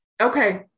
Okay